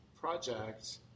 project